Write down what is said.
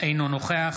אינו נוכח